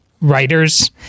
writers